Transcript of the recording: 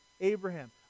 Abraham